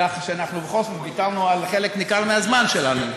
כך שאנחנו בכל זאת ויתרנו על חלק ניכר מהזמן שלנו.